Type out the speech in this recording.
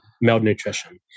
malnutrition